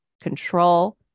control